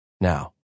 now